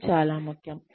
అది చాలా ముఖ్యం